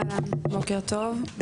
אהלן, בוקר טוב.